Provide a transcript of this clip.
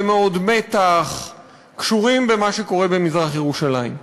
מאוד מתח קשורים במה שקורה במזרח-ירושלים.